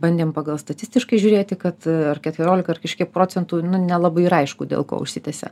bandėm pagal statistiškai žiūrėti kad ar keturiolika ar kažkiek procentų nu nelabai ir aišku dėl ko užsitęsia